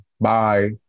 Bye